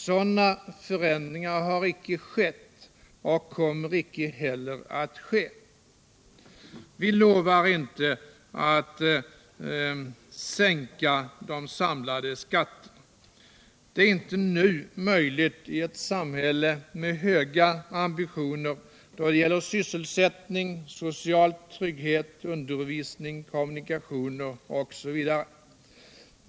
Sådana förändringar har inte skett och kommer inte heller att ske. Vi lovar inte att sänka de samlade skatterna. Detta är inte möjligt nu i ett samhälle med höga ambitioner då det gäller sysselsättning, social trygghet, undervisning, kommunikationer osv.